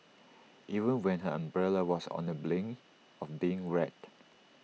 even when her umbrella was on the brink of being wrecked